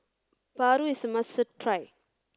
Paru is a must try